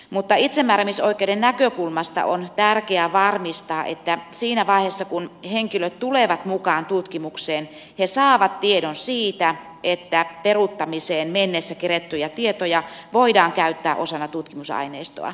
mutta itsemääräämisoikeuden näkökulmasta on tärkeää varmistaa että siinä vaiheessa kun henkilöt tulevat mukaan tutkimukseen he saavat tiedon siitä että peruuttamiseen mennessä kerättyjä tietoja voidaan käyttää osana tutkimusaineistoa